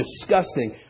disgusting